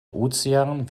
ozean